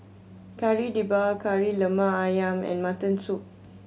Kari Debal Kari Lemak Ayam and mutton soup